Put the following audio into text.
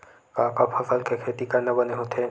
का का फसल के खेती करना बने होथे?